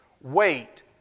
Wait